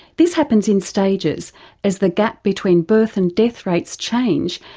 this happens in stages as the gap between birth and death rates change,